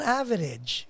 average